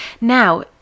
Now